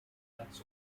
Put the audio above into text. nuts